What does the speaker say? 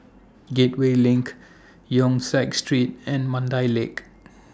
Gateway LINK Yong Siak Street and Mandai Lake